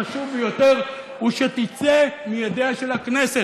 החשוב ביותר הוא שתצא מידיה של הכנסת.